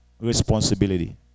responsibility